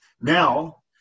Now